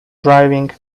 driving